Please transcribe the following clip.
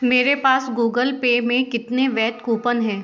मेरे पास Google Pay में कितने वैध कूपन हैं